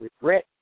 regret